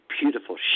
beautiful